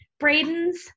Braden's